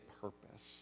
purpose